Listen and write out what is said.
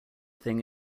thing